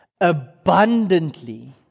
Abundantly